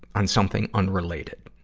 on something unrelated.